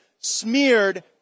smeared